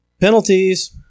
Penalties